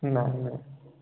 ନାଇଁ ନାଇଁ